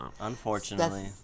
unfortunately